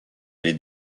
les